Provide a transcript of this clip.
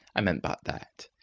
i meant but that.